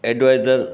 adviser